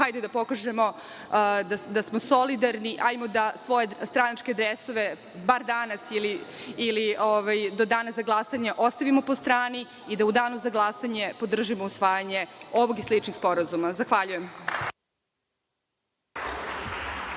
hajde da pokažemo da smo solidarni, hajde da svoje stranačke dresove bar danas ili do dana za glasanje ostavimo po strani i da u danu za glasanje podržimo usvajanje ovog i sličnih sporazuma. Zahvaljujem.